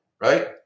right